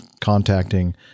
contacting